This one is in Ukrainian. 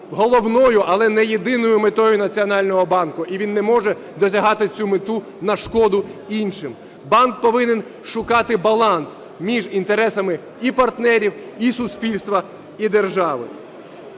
головною, але не єдиною метою Національного банку, і він не може досягати цю мету на шкоду іншим. Банк повинен шукати баланс між інтересами і партнерів, і суспільства, і держави.